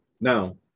Now